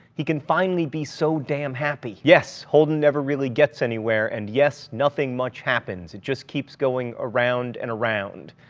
he can finally be so damn happy. yes, holden never really gets anywhere. and yes, nothing much happens. he just keeps going around and around.